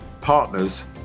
partners